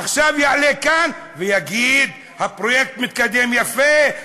עכשיו יעלה לכאן ויגיד: הפרויקט מתקדם יפה,